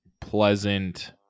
pleasant